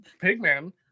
Pigman